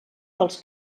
dels